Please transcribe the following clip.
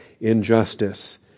injustice